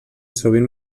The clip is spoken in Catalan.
sovint